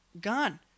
Gone